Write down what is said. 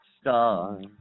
star